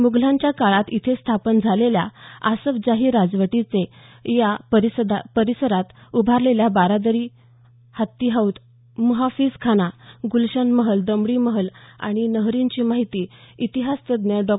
म्घलांच्या काळानंतर इथे स्थापन झालेल्या आसफजाही राजवटीने या परिसरात उभारलेल्या बारादरी हत्ती हौद मुहाफिझ खाना गुलशन महल दमडी महल आणि नहरींची माहिती इतिहास तज्ज्ञ डॉ